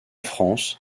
france